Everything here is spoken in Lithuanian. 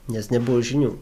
nes nebuvo žinių